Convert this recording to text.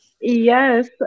Yes